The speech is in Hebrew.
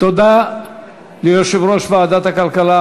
תודה ליושב-ראש ועדת הכלכלה,